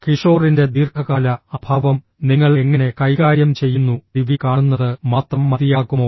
കിഷോറിന്റെ ദീർഘകാല അഭാവം നിങ്ങൾ എങ്ങനെ കൈകാര്യം ചെയ്യുന്നു ടിവി കാണുന്നത് മാത്രം മതിയാകുമോ